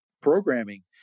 programming